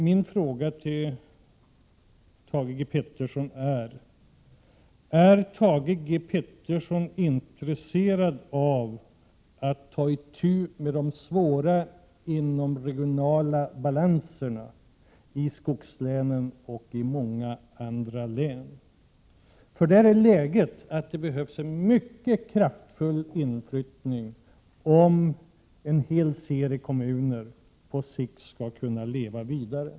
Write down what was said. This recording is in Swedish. Min fråga till industriminister Peterson blir: Är Thage G Peterson intresserad av att ta itu med de svåra inomregionala obalanserna i skogslänen och i många andra län? Läget där är sådant att det behövs mycket omfattande inflyttning för att en hel serie kommuner på sikt skall kunna leva vidare.